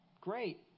Great